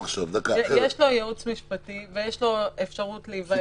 יש לו ייעוץ משפטי ויש לו אפשרות להיוועץ.